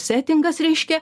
setingas reiškia